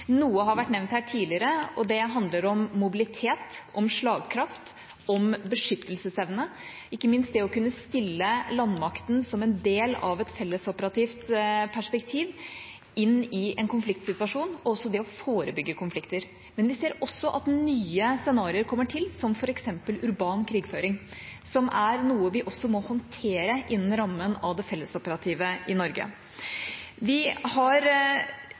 Noe har vært nevnt her tidligere, og det handler om mobilitet, om slagkraft, om beskyttelsesevne og ikke minst om det å kunne stille landmakten som en del av et fellesoperativt perspektiv inn i en konfliktsituasjon – og også det å forebygge konflikter. Men vi ser også at nye scenarioer kommer til, som f.eks. urban krigføring, som er noe vi også må håndtere innenfor rammen av det fellesoperative i Norge.